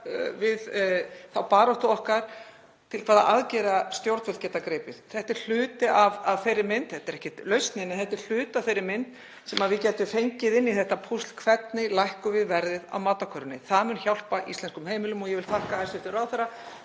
við að finna út til hvaða aðgerða stjórnvöld geta gripið. Þetta er hluti af þeirri mynd. Þetta er ekki lausnin en þetta er hluti af þeirri mynd sem við gætum fengið inn í þetta púsl; hvernig lækkum við verðið á matarkörfunni? Það mun hjálpa íslenskum heimilum. Ég vil þakka hæstv. ráðherra